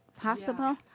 possible